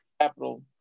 capital